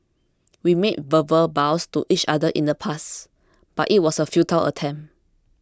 we made verbal vows to each other in the past but it was a futile attempt